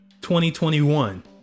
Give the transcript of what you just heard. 2021